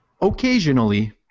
occasionally